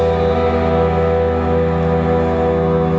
or